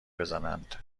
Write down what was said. بزنند